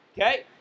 Okay